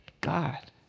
God